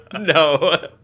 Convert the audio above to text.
No